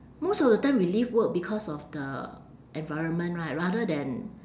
most of the time we leave work because of the environment right rather than